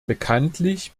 bekanntlich